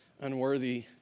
unworthy